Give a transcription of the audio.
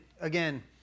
again